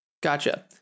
Gotcha